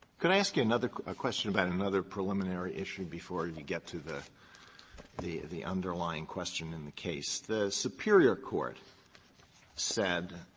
could i ask you another a question about another preliminary issue before you get to the the the underlying question in the case? the superior court said,